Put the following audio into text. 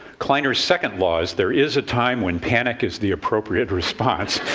kleiner's second law is, there is a time when panic is the appropriate response.